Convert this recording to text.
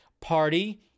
Party